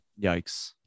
Yikes